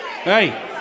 hey